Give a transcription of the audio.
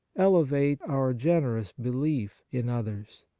elevate our generous belief in others.